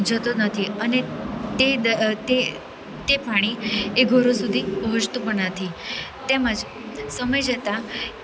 જતો નથી અને એ તે તે પાણી તે ઘરો સુધી પહોંચતું પણ નથી તેમ જ સમય જતાં